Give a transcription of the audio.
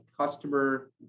customer